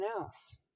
else